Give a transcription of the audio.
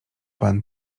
pan